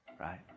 right